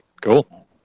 Cool